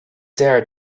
there